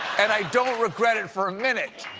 and i don't regret it for minute.